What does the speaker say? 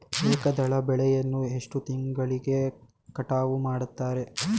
ಏಕದಳ ಬೆಳೆಯನ್ನು ಎಷ್ಟು ತಿಂಗಳಿಗೆ ಕಟಾವು ಮಾಡುತ್ತಾರೆ?